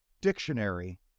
dictionary